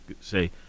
say